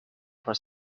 for